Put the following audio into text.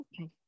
Okay